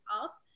up